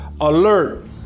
Alert